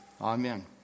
Amen